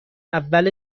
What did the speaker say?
اول